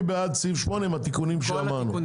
סעיף 8 עם כל התיקונים שאמרנו?